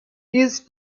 his